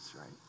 right